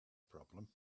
problem